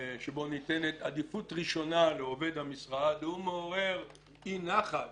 שבו ניתנת עדיפות ראשונה לעובד המשרד מעורר אי-נחת